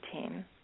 team